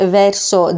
verso